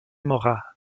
mora